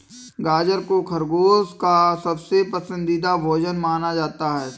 गाजर को खरगोश का सबसे पसन्दीदा भोजन माना जाता है